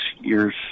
years